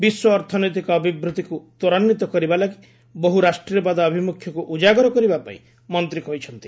ବିଶ୍ୱ ଅର୍ଥନୈତିକ ଅଭିବୃଦ୍ଧିକୁ ତ୍ୱରାନ୍ୱିତ କରିବା ଲାଗି ବହୁ ରାଷ୍ଟ୍ରୀୟବାଦ ଆଭିମୁଖ୍ୟକୁ ଉଜାଗର କରିବା ପାଇଁ ମନ୍ତ୍ରୀ କହିଛନ୍ତି